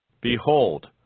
Behold